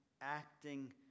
acting